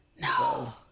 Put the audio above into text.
no